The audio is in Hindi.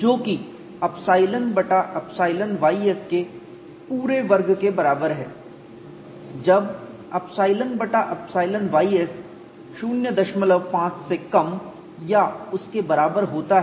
जो कि ϵ बटा ϵ ys के पूरे वर्ग के बराबर है जब ϵ बटा ϵ ys 05 से कम या उसके बराबर होता है